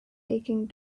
taking